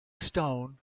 stone